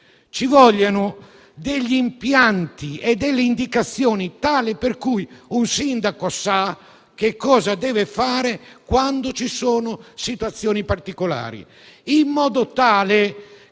ci vogliono impianti e indicazioni tali per cui un sindaco sa che cosa deve fare quando ci sono situazioni particolari, affinché